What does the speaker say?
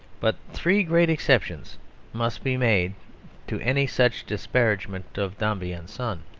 but three great exceptions must be made to any such disparagement of dombey and son.